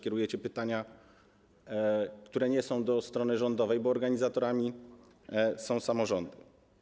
Kierujecie pytania, które nie są do strony rządowej, bo organizatorami są samorządy.